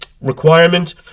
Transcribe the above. requirement